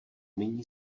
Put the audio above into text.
nyní